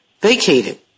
vacated